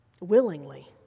willingly